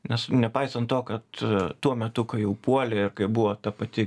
nes nepaisant to kad tuo metu kai jau puolė ir kai buvo ta pati